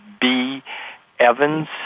B-Evans